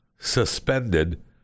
suspended